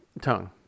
Tongue